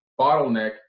bottleneck